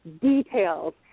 details